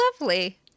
lovely